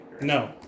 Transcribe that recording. No